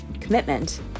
commitment